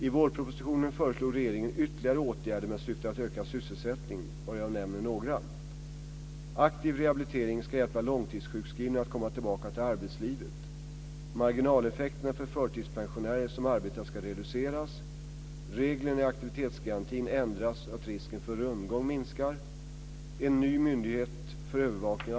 I vårpropositionen föreslog regeringen ytterligare åtgärder med syfte att öka sysselsättningen, varav jag nämner några: · Aktiv rehabilitering ska hjälpa långtidssjukskrivna att komma tillbaka till arbetslivet. · Reglerna i aktivitetsgarantin ändras så att risken för rundgång minskar.